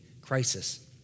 Crisis